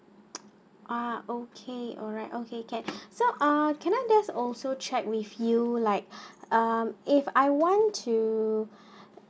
ah okay alright okay can so ah can I that's also check with you like um if I want to